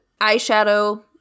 eyeshadow